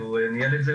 שהוא ניהל את זה,